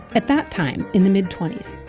at that time in the mid twenty s.